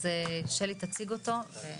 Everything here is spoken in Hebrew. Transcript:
אז שלי תציג אותו.